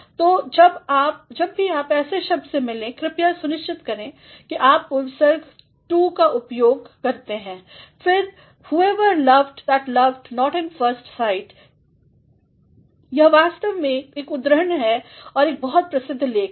तो जब भी आप ऐसे शब्द से मिलें कृपया सुनिश्चित करें कि आप पूर्वसर्गtoका उपयोग करते हैं फिरwhoever loved that loved not in first sight यह वास्तव में एक उद्धरण हैं एक बहुत प्रसिद्ध लेख का